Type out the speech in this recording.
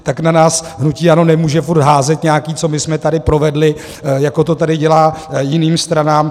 Tak na nás hnutí ANO nemůže furt házet nějaký, co my jsme tady provedli, jako to tady dělá jiným stranám.